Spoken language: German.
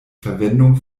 verwendung